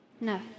no